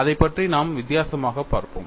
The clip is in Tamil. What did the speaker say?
அதைப் பற்றி நாம் வித்தியாசமாகப் பார்ப்போம்